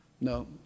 No